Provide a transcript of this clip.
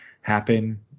happen